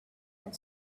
and